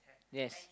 yes